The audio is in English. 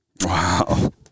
Wow